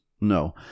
No